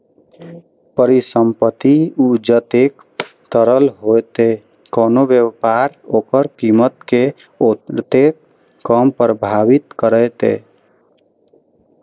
परिसंपत्ति जतेक तरल हेतै, कोनो व्यापार ओकर कीमत कें ओतेक कम प्रभावित करतै